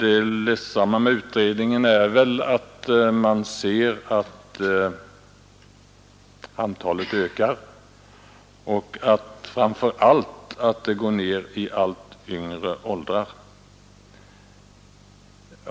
Ett beklagligt drag är att antalet missbrukare ökar och framför allt att missbruket sprider sig ner till allt lägre åldrar.